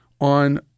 on